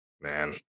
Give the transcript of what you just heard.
Man